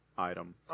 item